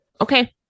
okay